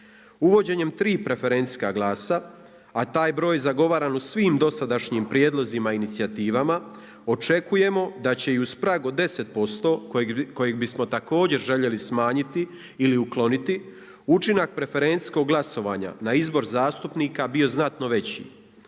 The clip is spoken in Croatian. Uvođenjem tri preferencijska glasa, a taj broj zagovaran u svim dosadašnjim prijedlozima i inicijativama očekujemo da će i uz prag od 10% kojeg bismo također željeli smanjiti ili ukloniti, učinak preferencijskog glasovanja na izbor zastupnika bio znatno veći,